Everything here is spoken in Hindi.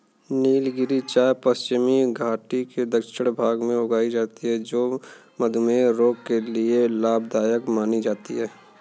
नीलगिरी चाय पश्चिमी घाटी के दक्षिणी भाग में उगाई जाती है जो मधुमेह रोग के लिए लाभदायक मानी जाती है